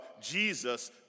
Jesus